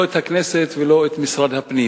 לא את הכנסת ולא את משרד הפנים.